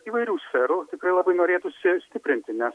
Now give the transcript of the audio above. įvairių sferų tikrai labai norėtųsi stiprinti nes